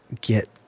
get